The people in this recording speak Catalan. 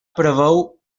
preveu